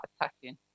attacking